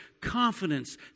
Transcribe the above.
confidence